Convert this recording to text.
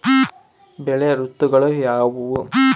ಬೆಳೆ ಋತುಗಳು ಯಾವ್ಯಾವು?